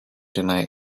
deny